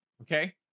okay